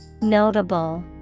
Notable